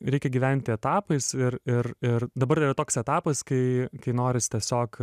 reikia gyventi etapais ir ir ir dabar yra toks etapas kai kai norisi tiesiog